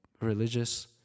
religious